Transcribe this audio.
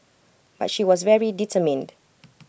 but she was very determined